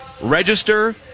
register